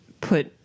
put